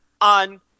on